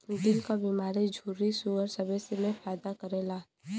दिल क बीमारी झुर्री सूगर सबे मे फायदा करेला